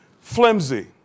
flimsy